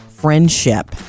friendship